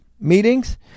meetings